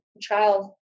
child